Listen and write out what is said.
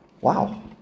Wow